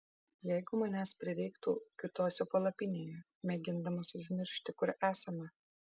jeigu manęs prireiktų kiūtosiu palapinėje mėgindamas užmiršti kur esame